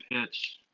pitch